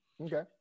Okay